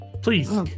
Please